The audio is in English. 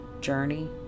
journey